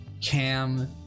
Cam